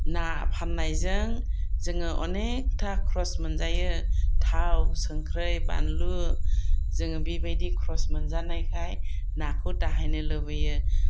ना फाननायजों जोङो अनेकथा खरस मोनजायो थाव संख्रि बानलु जोङो बेबायदि खरस मोनजानायखाय नाखौ दाहायनो लुबैयो